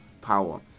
power